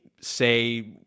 say